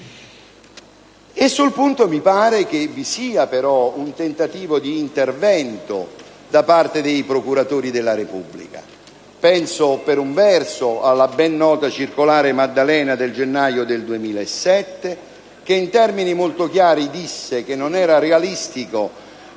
Sul punto, però, mi pare che vi sia un tentativo di intervento da parte dei procuratori della Repubblica. Penso per un verso alla ben nota circolare Maddalena del gennaio 2007 la quale, in termini molto chiari, stabiliva che non era realistico